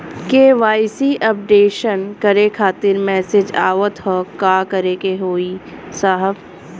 KYC updation करें खातिर message आवत ह का करे के होई साहब?